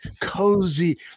cozy